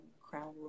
crown